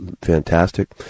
fantastic